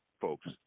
folks